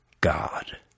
God